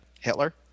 Hitler